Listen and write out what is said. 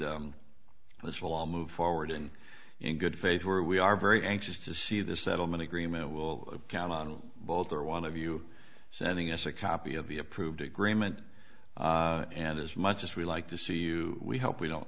this will all move forward and in good faith where we are very anxious to see this settlement agreement will count on both or one of you sending us a copy of the approved agreement and as much as we like to see you we hope we don't